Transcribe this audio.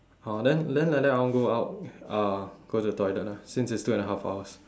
!huh! then then like that I want go out uh go to the toilet lah since it's two and a half hours